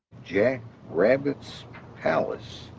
jack rabbit's palace.